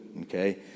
okay